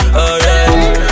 alright